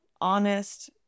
honest